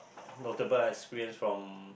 notable experience from